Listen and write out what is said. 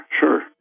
sure